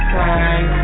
time